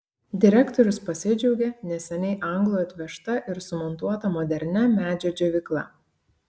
direktorius pasidžiaugė neseniai anglų atvežta ir sumontuota modernia medžio džiovykla